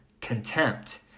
contempt